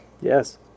Yes